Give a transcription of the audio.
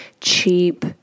cheap